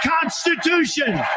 Constitution